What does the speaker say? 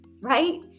right